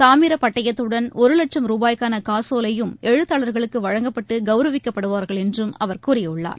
தாமிரப் பட்டயத்துடன் ஒரு வட்சும் ரூபாய்க்கான காசோலையும் எழுத்தாளர்களுக்கு வழங்கப்பட்டு கவுரவிக்கப்படுவார்கள் என்றும் அவர் கூறியுள்ளார்